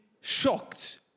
shocked